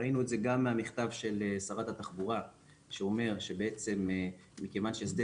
ראינו את זה גם מהמכתב של שרת התחבורה שאומר שבעצם מכיוון שדה